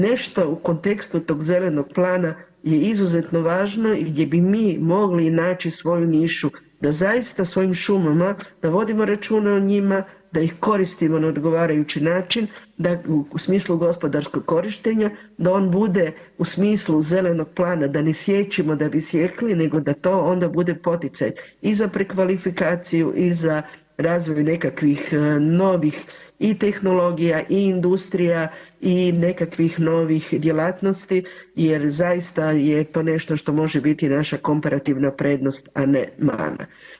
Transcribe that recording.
Nešto u kontekstu tog zelenog plana je izuzetno važno i gdje bi mogli i naći svoju nišu da zaista svojim šumama, da vodimo računa o njima, da koristimo na odgovarajući način u smislu gospodarskog korištenja, da on bude u smislu zelenog plana da ne siječemo da bi sjekli nego da to onda bude poticaj i za prekvalifikaciju i za razvoj nekakvih novih i tehnologija i industrija i nekakvih novih djelatnosti jer zaista je to nešto što može biti naša komparativna prednost, a ne mana.